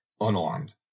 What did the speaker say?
unarmed